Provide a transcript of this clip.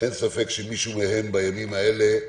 אין ספק שמישהי מהן בימים האלה,